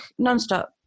nonstop